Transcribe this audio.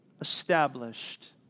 established